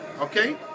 Okay